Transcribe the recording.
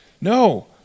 No